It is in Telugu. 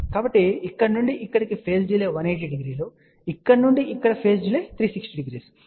కాబట్టి ఇక్కడ నుండి ఇక్కడకు పేజ్ డిలే 180 డిగ్రీలు ఇక్కడ నుండి ఇక్కడ పేజ్ డిలే 360 డిగ్రీలు